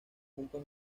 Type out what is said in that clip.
juntos